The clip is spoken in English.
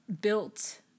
built